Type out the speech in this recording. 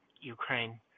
ukraine